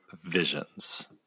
visions